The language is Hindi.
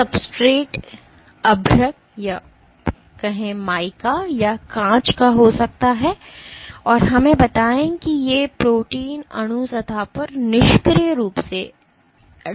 सब्सट्रेट अभ्रक या कांच हो सकता है और हमें बताएं कि ये प्रोटीन अणु सतह पर निष्क्रिय रूप से adsorbed हैं